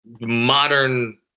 modern